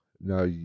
now